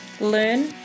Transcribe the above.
Learn